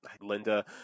linda